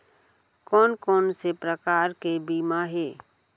कोन कोन से प्रकार के बीमा हे?